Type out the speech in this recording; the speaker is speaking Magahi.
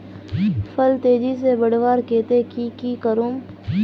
फल तेजी से बढ़वार केते की की करूम?